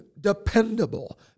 dependable